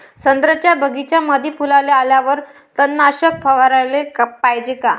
संत्र्याच्या बगीच्यामंदी फुलाले आल्यावर तननाशक फवाराले पायजे का?